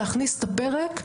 להכניס את הפרק,